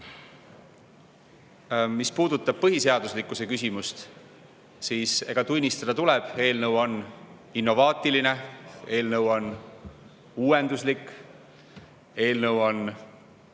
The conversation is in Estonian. Mis puudutab põhiseaduslikkuse küsimust, siis tuleb tunnistada, et eelnõu on innovaatiline, eelnõu on uuenduslik, eelnõu on